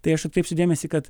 tai aš atkreipsiu dėmesį kad